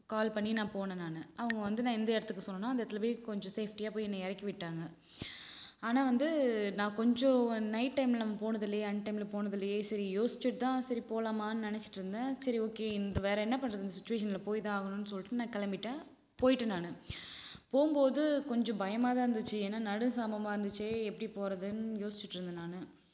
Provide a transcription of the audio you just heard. கால் பண்ணி நான் போனேன் நானு அவங்க வந்து நான் எந்த இடத்துக்கு சொன்னனோ அந்த இடத்துல போய் கொஞ்சம் சேஃப்டியா போய் என்னைய இறக்கி விட்டாங்கள் ஆனால் வந்து நான் கொஞ்சம் நைட் டைமில் நம்ம போனதில்லேயே அன்டைமில் போனதில்லேயே சரி யோசிச்சிட்டு தான் சரி போகலாமான்னு நினச்சிட்டுருந்தேன் சரி ஓகே இந் வேற என்ன பண்ணுறது இந்த சிச்சுவேஷனில் போய் தான் ஆகணும்னு சொல்லிட்டு நான் கிளம்பிட்டேன் போயிட்டேன் நானு போகும்போது கொஞ்சம் பயமாக தான் இருந்துச்சு ஏன்னால் நடு சாமமாக இருந்துச்சே எப்படி போகிறதுன்னு யோசிச்சிட்ருந்தேன் நானு